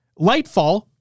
Lightfall